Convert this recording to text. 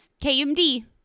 KMD